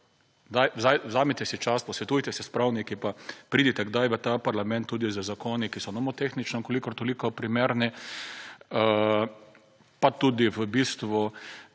Vzemite si čas, posvetujte se s pravniki in pridite kdaj v ta parlament tudi z zakoni, ki so nomotehnično kolikor toliko primerni. Pa tudi v bistvu